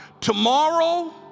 Tomorrow